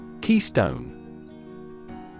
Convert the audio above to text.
Keystone